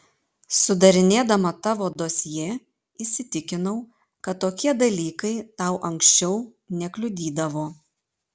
sudarinėdama tavo dosjė įsitikinau kad tokie dalykai tau anksčiau nekliudydavo